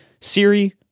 Siri